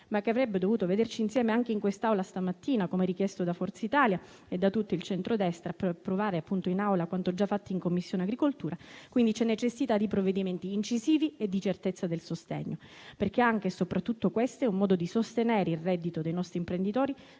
ma che avrebbe dovuto vederci insieme anche in quest'Aula stamattina, come richiesto da Forza Italia e da tutto il centrodestra per approvare in Assemblea quanto già fatto in Commissione agricoltura, c'è necessità di provvedimenti incisivi e di certezza del sostegno. Anche e soprattutto questo è un modo di sostenere il reddito dei nostri imprenditori,